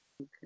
Okay